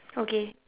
okay